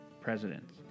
presidents